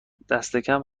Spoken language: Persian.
دستکم